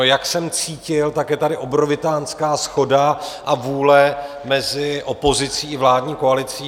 Jak jsem cítil, tak je tady obrovitánská shoda a vůle mezi opozicí i vládní koalicí.